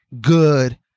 good